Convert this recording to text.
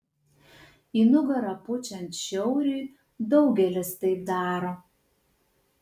į nugarą pučiant šiauriui daugelis taip daro